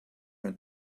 mein